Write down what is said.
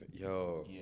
Yo